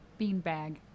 Beanbag